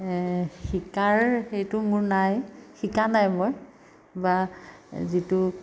শিকাৰ হেৰিটো মোৰ নাই শিকা নাই মই বা যিটো